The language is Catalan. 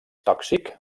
tòxic